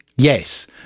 Yes